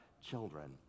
children